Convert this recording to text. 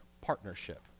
partnership